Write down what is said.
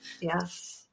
Yes